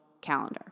calendar